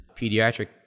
pediatric